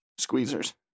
squeezers